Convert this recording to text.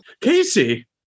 Casey